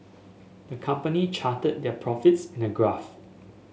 the company charted their profits in a graph